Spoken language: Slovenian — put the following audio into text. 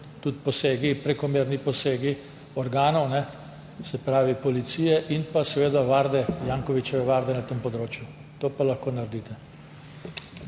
tudi prekomerni posegi organov, se pravi policije in seveda Jankovićeve varde na tem območju. To pa lahko naredite.